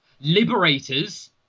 Liberators